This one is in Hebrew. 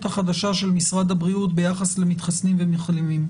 החדשה של משרד הבריאות ביחס למתחסנים ומחלימים,